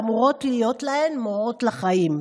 שאמורות להיות להן מורות לחיים,